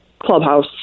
clubhouse